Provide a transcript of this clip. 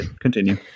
Continue